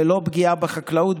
ללא פגיעה בחקלאות,